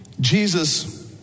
Jesus